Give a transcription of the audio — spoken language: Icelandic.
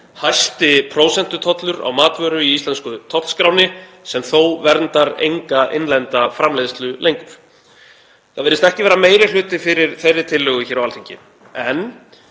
hæsti prósentutollur á matvöru í íslensku tollskránni sem þó verndar enga innlenda framleiðslu lengur. Það virðist ekki vera meiri hluti fyrir þeirri tillögu hér á Alþingi en